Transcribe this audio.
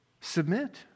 submit